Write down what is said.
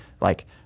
like-